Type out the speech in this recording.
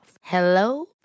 Hello